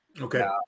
Okay